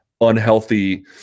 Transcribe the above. unhealthy